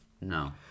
No